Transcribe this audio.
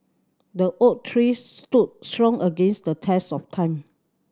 the oak tree stood strong against the test of time